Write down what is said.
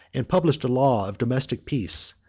and published a law of domestic peace,